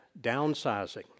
downsizing